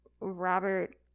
Robert